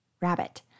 Rabbit